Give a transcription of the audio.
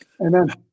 Amen